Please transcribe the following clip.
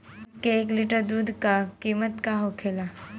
भैंस के एक लीटर दूध का कीमत का होखेला?